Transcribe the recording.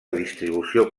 distribució